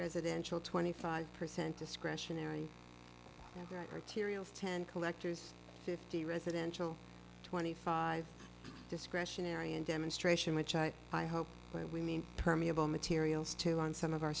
residential twenty five percent discretionary or tiriel ten collectors fifty residential twenty five discretionary and demonstration which i hope we mean permeable materials to on some of our